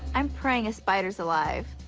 i'm praying a spider's alive.